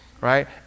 Right